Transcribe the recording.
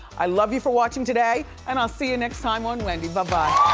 i love you for watching today, and i'll see you next time on wendy, buh-bye.